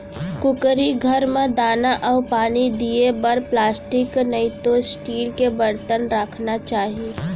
कुकरी घर म दाना अउ पानी दिये बर प्लास्टिक नइतो स्टील के बरतन राखना चाही